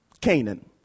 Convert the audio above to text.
Canaan